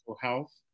health